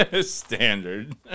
Standard